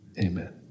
Amen